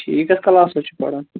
ٹھیٖک یہِ کتھ کَلاسس چھُ پَران